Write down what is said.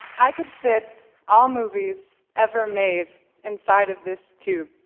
i could fit all movies ever made inside of this tube.